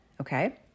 Okay